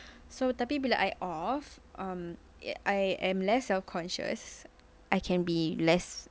so tapi bila I off um I am less self-conscious I can be less